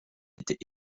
était